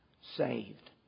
saved